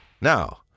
Now